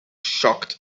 shocked